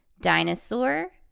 Dinosaur